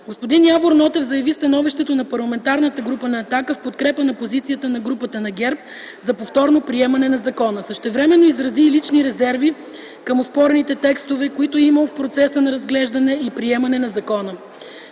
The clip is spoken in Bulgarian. Господин Явор Нотев заяви становището на Парламентарната група на „Атака” в подкрепа на позицията на Парламентарната група на ГЕРБ за повторното приемане на закона. Същевременно изрази и личните резерви към оспорените текстове, които е имал в процеса на разглеждане и приемане на закона.